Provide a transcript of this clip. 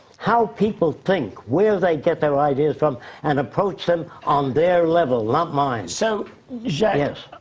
how people think, where they get their ideas from and approach them on their level, not mine. so jacque,